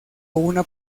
una